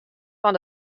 fan